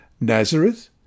Nazareth